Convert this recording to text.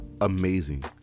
amazing